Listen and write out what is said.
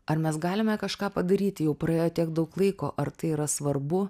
ar mes galime kažką padaryti jau praėjo tiek daug laiko ar tai yra svarbu